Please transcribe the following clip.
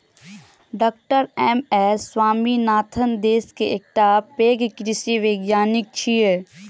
डॉ M S Swaminathan देश के एकटा पैघ कृषि वैज्ञानिक छियै